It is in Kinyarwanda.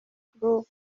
group